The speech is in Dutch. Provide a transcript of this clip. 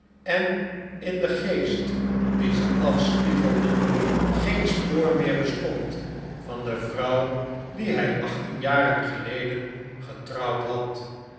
en in den geest dien ze afspiegelden geen spoor meer bestond van de vrouw die hij achttien jaren geleden getrouwd had